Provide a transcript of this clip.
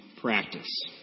practice